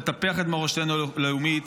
לטפח את מורשתנו הלאומית.